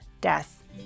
death